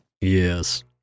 Yes